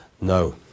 No